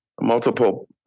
multiple